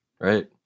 right